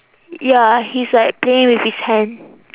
ya he's like playing with his hand